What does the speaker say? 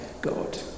God